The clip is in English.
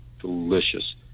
delicious